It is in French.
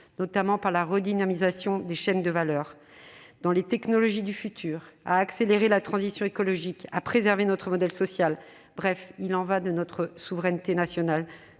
notamment par la redynamisation des chaînes de valeur, et dans les technologies du futur, à accélérer la transition écologique, à préserver notre modèle social. Bref, il y va de notre souveraineté nationale.